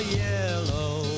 yellow